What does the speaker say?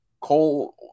coal